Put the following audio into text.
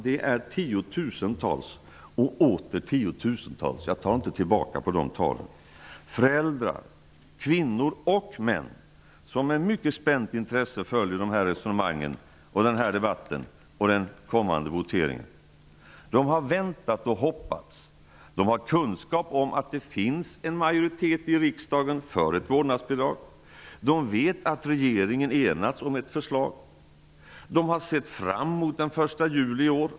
Det är tiotusentals och åter tiotusentals -- jag tar inte tillbaks de siffrorna -- föräldrar, kvinnor och män, som med mycket spänt intresse följer de här resonemangen, den här debatten och den kommande voteringen. De har väntat och hoppats. De har kunskap om att det finns en majoritet i riksdagen för ett vårdnadsbidrag. De vet att regeringen enats om ett förslag. De har sett fram emot den 1 juli i år.